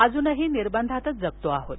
अजूनही निर्बंधातच जगतो आहोत